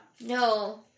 No